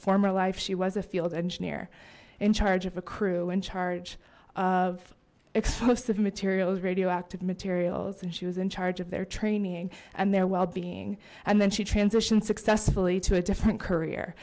former life she was a field engineer in charge of a crew in charge of explosive materials radioactive materials and she was in charge of their training and their well being and then she transitioned successfully to a different career